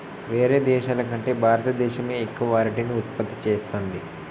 వేరే దేశాల కంటే భారత దేశమే ఎక్కువ అరటిని ఉత్పత్తి చేస్తంది